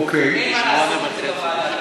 אין מה לעשות עם זה בוועדה.